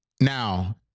Now